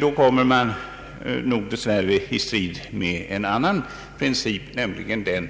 Då kommer man dess värre i strid med en annan princip, nämligen den